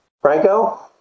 Franco